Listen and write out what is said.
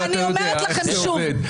ואתה יודע איך זה עובד.